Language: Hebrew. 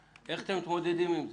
איך אתם מתמודדים עם זה?